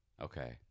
okay